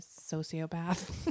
sociopath